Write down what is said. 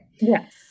Yes